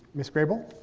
miss grey bull.